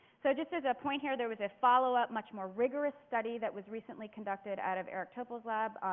so just as a point here, there was a follow up, much more rigorous study that was recently conducted out of eric topol's lab,